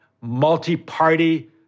multi-party